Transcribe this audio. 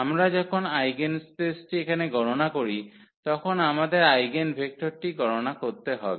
আমরা যখন আইগেনস্পেসটি এখানে গণনা করি তখন আমাদের আইগেনভেক্টরটি গণনা করতে হবে